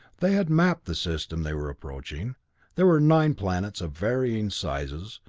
they had mapped the system they were approaching there were nine planets of varying sizes,